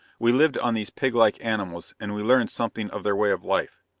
we lived on these pig-like animals, and we learned something of their way of life.